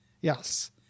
Yes